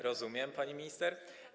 Rozumiem to, pani minister.